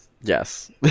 Yes